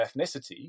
ethnicity